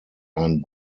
ein